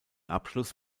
abschluss